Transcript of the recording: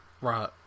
Right